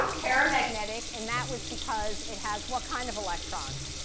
paramedic. and that was because it has what kind of electrons?